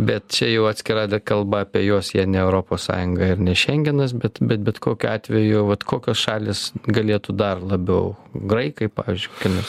bet čia jau atskira kalba apie juos jei ne europos sąjunga ir ne šengenas bet bet bet kokiu atveju vat kokios šalys galėtų dar labiau graikai pavyzdžiui kokie nors